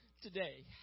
today